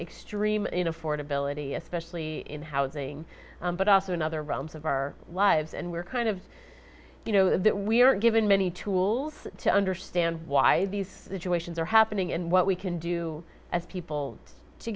extreme in affordability especially in housing but also another realms of our lives and we're kind of you know that we are given many tools to understand why these situations are happening and what we can do as people to